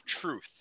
truth